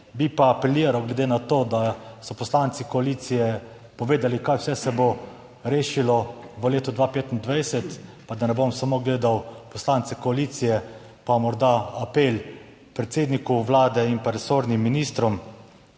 bi pa apeliral, glede na to, da so poslanci koalicije povedali, kaj vse se bo rešilo v letu 2025, pa da ne bom samo gledal poslance koalicije, pa morda apel predsedniku vlade in resornim ministrom.